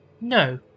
No